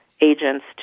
agents